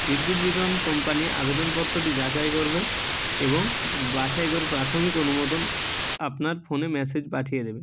বিদ্যুৎ বিতরণ কোম্পানি আবেদন পত্রটি যাচাই করবে এবং বাছাই করে প্রাথমিক অনুমোদন আপনার ফোনে মেসেজ পাঠিয়ে দেবে